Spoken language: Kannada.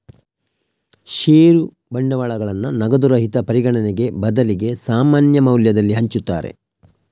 ಷೇರು ಬಂಡವಾಳಗಳನ್ನ ನಗದು ರಹಿತ ಪರಿಗಣನೆಗೆ ಬದಲಿಗೆ ಸಾಮಾನ್ಯ ಮೌಲ್ಯದಲ್ಲಿ ಹಂಚುತ್ತಾರೆ